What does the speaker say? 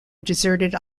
deserted